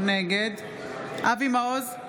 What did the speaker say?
נגד אבי מעוז,